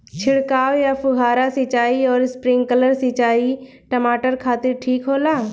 छिड़काव या फुहारा सिंचाई आउर स्प्रिंकलर सिंचाई टमाटर खातिर ठीक होला?